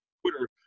Twitter